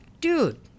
Dude